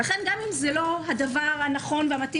לכן גם אם זה לא הדבר הנכון והמתאים